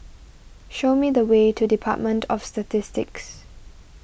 show me the way to Department of Statistics